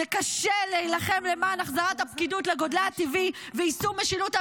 זה קשה להילחם למען החזרת הפקידות לגודלה הטבעי ויישום משילות אמיתית.